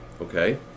Okay